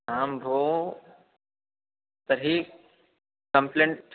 आं भोः तर्हि कम्प्लेण्ट्